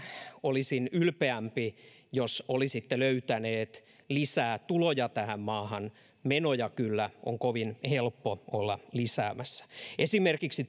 olisin ylpeämpi jos olisitte löytäneet lisää tuloja tähän maahan menoja kyllä on kovin helppo olla lisäämässä esimerkiksi